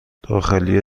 داخلی